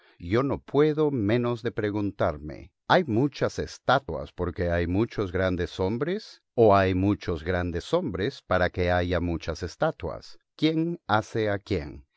yo no puedo menos de preguntarme hay muchas estatuas porque hay muchos grandes hombres o hay muchos grandes hombres para que haya muchas estatuas quién hace a quién